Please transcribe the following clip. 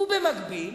ובמקביל